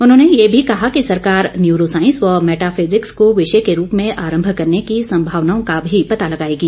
उन्होंने ये भी कहा कि सरकार न्यूरोसाइंस व मेटा फिजिक्स को विषय के रूप में आरंभ करने की संभावनाओं का भी पता लगाएगी